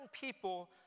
people